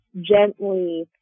gently